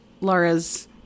Laura's